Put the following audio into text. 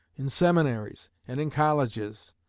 in seminaries, and in colleges.